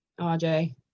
RJ